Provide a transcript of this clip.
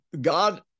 God